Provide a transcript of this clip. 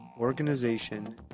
organization